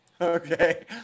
okay